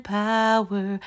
power